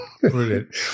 Brilliant